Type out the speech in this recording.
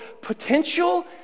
potential